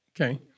Okay